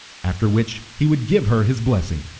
after which he would give her his blessing,